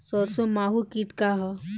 सरसो माहु किट का ह?